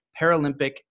Paralympic